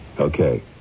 Okay